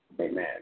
Amen